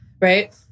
right